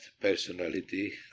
personality